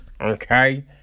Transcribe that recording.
Okay